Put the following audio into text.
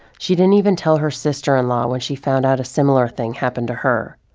she didn't even tell her sister-in-law when she found out a similar thing happened to her.